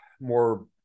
more